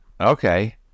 okay